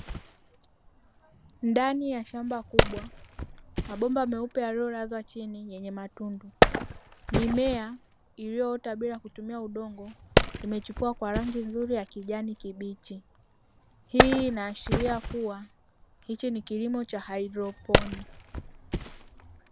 Ndani ya shamba kubwa, mabomba meupe aliyolazwa chini yenye matundu, mimea iliyoota bila kutumia udongo imechipua kwa rangi nzuri ya kijani kibichi. Hii inaashiria kuwa hicho ni kilimo cha haidroponi.